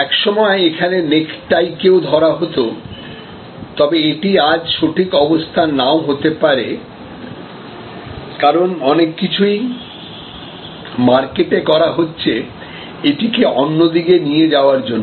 একসময় এখানে নেকটাই কেও ধরা হতো তবে এটি আজ সঠিক অবস্থান নাও হতে পারে কারণ অনেক কিছুই মার্কেটে করা হচ্ছে এটিকে অন্য দিকে নিয়ে যাওয়ার জন্য